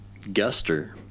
guster